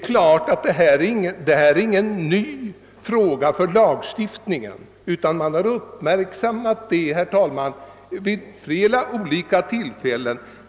Ja, detta är ingen ny fråga för lagstiftningen, utan den har uppmärksammats i flera olika sammanhang.